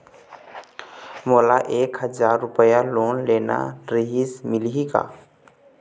मोला एक हजार रुपया लोन लेना रीहिस, मिलही का?